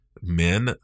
men